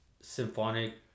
symphonic